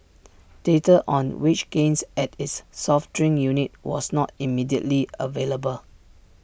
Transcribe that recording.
data on wage gains at its soft drink unit was not immediately available